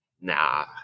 Nah